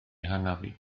hanafu